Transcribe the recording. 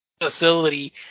facility